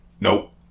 Nope